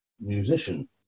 musician